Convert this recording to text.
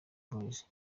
boys